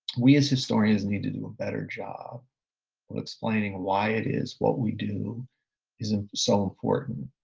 we as historians need to do a better job of explaining why it is what we do is ah so important.